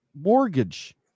mortgage